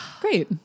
Great